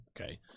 Okay